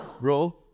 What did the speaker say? Bro